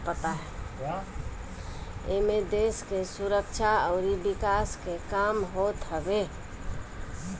एमे देस के सुरक्षा अउरी विकास के काम होत हवे